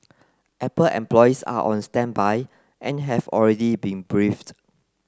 Apple employees are on standby and have already been briefed